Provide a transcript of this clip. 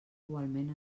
igualment